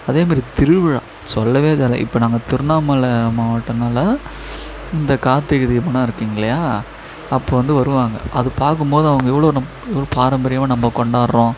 அதேமாரி திருவிழா சொல்ல தேவையில்லை இப்போ நாங்கள் திருண்ணாமலை மாவட்டம்னால இந்த கார்த்திகை தீபம்லாம் இருக்கும்ங்க இல்லையா அப்போது வந்து வருவாங்க அது பார்க்கும்போது அவங்க எவ்வளோ நம்ம பாரம்பரியமாக நம்ம கொண்டாடுறோம்